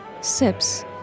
sips